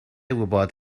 wybod